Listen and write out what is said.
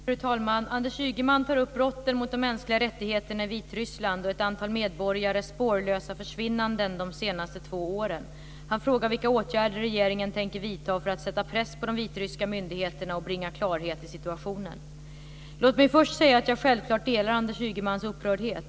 Fru talman! Anders Ygeman tar upp brotten mot de mänskliga rättigheterna i Vitryssland och ett antal medborgares spårlösa försvinnanden de senaste två åren. Han frågar vilka åtgärder regeringen tänker vidta för att sätta press på de vitryska myndigheterna och bringa klarhet i situationen. Låt mig först säga att jag självklart delar Anders Ygemans upprördhet.